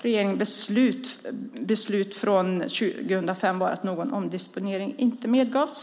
Regeringens beslut från 2005 var att någon omdisponering inte medgavs.